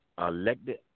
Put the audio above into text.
elected